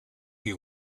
you